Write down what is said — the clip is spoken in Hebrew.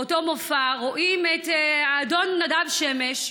באותו מופע רואים את אדון נדב שמש,